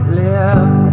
live